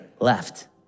left